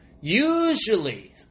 usually